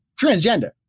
transgender